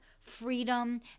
freedom